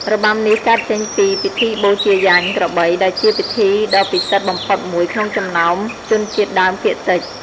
របាំនេះកើតចេញពីពិធីបូជាយញ្ញក្របី ដែលជាពិធីដ៏ពិសិដ្ឋបំផុតមួយក្នុងចំណោមជនជាតិដើមភាគតិច។